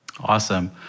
Awesome